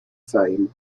fame